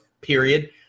period